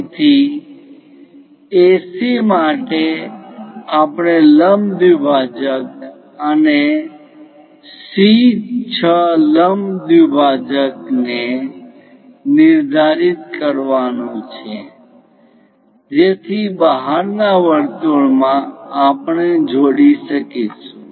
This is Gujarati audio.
તેથી AC માટે આપણે લંબ દ્વિભાજક અને C 6 લંબ દ્વિભાજકને નિર્ધારિત કરવાનું છે જેથી બહારના વર્તુળમાં આપણે જોડી શકીશું